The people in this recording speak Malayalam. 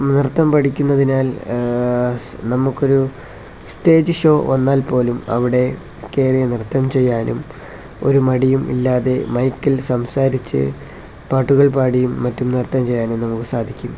നൃത്തം പഠിക്കുന്നതിനാൽ നമ്മുക്കൊരു സ്റ്റേജ് ഷോ വന്നാൽപ്പോലും അവിടെ കയറി നൃത്തം ചെയ്യാനും ഒരു മടിയും ഇല്ലാതെ മൈക്കിൽ സംസാരിച്ച് പാട്ടുകൾ പാടിയും മറ്റും നൃത്തം ചെയ്യാനും നമുക്ക് സാധിക്കും